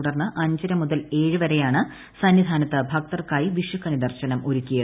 തുടർന്ന് അഞ്ചര മുതൽ ഏഴ് വരെയാണ് സന്നിധാനത്ത് ഭക്തർക്കായി വിഷുക്കണി ദർശനം ഒരുക്കി